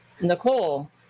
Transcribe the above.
Nicole